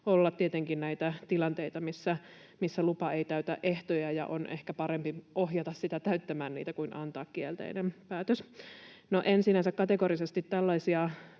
olla tietenkin näitä tilanteita, missä lupa ei täytä ehtoja ja on ehkä parempi ohjata sitä täyttämään niitä kuin antaa kielteinen päätös. No, en sinänsä kategorisesti tällaisia